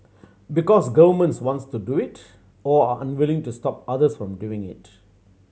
because governments wants to do it or are unwilling to stop others from doing it